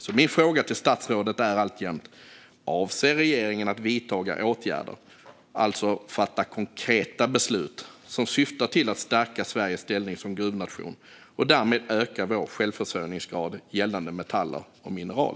Så min fråga till statsrådet är alltjämt: Avser regeringen att vidta åtgärder - alltså fatta konkreta beslut - som syftar till att stärka Sveriges ställning som gruvnation och därmed öka vår självförsörjningsgrad gällande metaller och mineral?